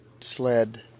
sled